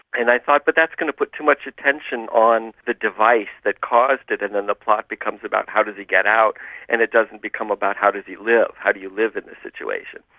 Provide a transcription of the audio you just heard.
and i thought but that's going to put too much attention on the device that caused it and then the plot becomes about how does he get out and it doesn't become about how does he live, how do you live in the situation.